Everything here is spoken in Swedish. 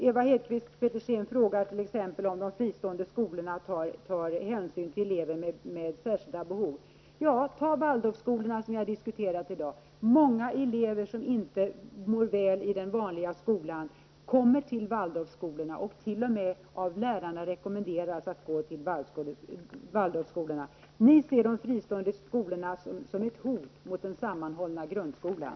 Eva Hedkvist Petersen frågar t.ex. om de fristående skolorna tar hänsyn till elever med särskilda behov. Ja, ta Waldorfskolorna, som vi har diskuterat i dag! Många elever som inte mår väl i den vanliga skolan kommer till Waldorfskolorna och rekommenderas t.o.m. av lärarna att gå till dessa. Ni ser de fristående skolorna som ett hot mot den sammanhållna grundskolan.